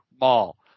Mall